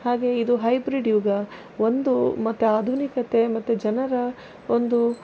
ಹಾಗೆಯೇ ಇದು ಹೈಬ್ರೀಡ್ ಯುಗ ಒಂದು ಮತ್ತು ಆಧುನಿಕತೆ ಮತ್ತು ಜನರ ಒಂದು